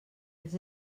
els